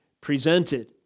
presented